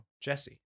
Jesse